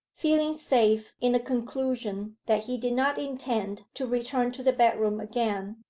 feeling safe in a conclusion that he did not intend to return to the bedroom again,